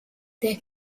they